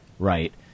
Right